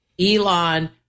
Elon